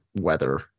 weather